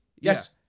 Yes